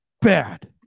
Bad